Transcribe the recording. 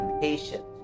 patient